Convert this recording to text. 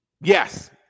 Yes